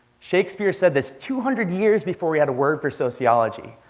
shakespeare said this two hundred years before we had a word for sociology.